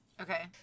Okay